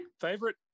Favorite